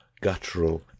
guttural